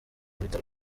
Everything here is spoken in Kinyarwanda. bitaro